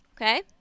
Okay